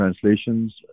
translations